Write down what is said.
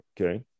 okay